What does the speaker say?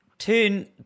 Turn